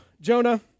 Jonah